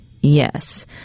yes